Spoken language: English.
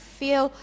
feel